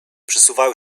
przesuwają